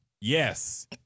Yes